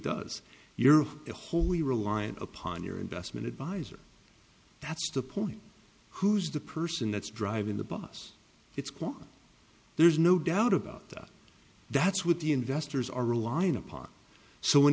does you're a wholly reliant upon your investment advisor that's the point who's the person that's driving the bus it's quiet there's no doubt about that that's what the investors are relying upon so when